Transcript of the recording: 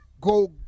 Go